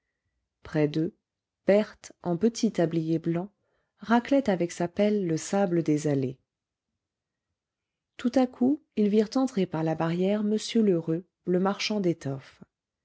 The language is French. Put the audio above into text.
près d'eux berthe en petit tablier blanc raclait avec sa pelle le sable des allées tout à coup ils virent entrer par la barrière m lheureux le marchand d'étoffes